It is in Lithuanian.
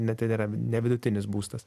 ne ten yra ne vidutinis būstas